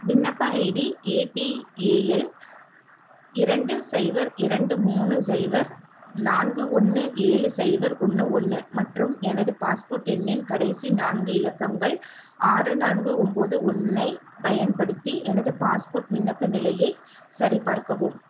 விண்ணப்ப ID APAL இரண்டு cipher இரண்டு மூணு சைபர் நான்கு ஒன்று ஏழு சைபர் ஒன்று ஒன்று மற்றும் எனது பாஸ்போர்ட் எண்ணின் கடைசி நான்கு இலக்கங்கள் ஆறு நான்கு ஒம்பது ஒன்றைப் பயன்படுத்தி எனது பாஸ்போர்ட் விண்ணப்ப நிலையை சரிபார்க்கவும்